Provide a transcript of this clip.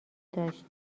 داشت